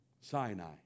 Sinai